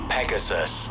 Pegasus